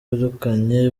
birukanywe